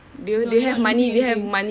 no they not losing anything